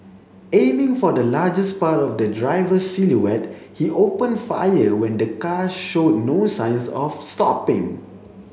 aiming for the largest part of the driver's silhouette he opened fire when the car showed no signs of stopping